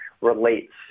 relates